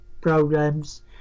programs